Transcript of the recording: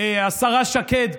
השרה שקד,